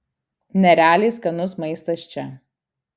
nerealiai skanus maistas čia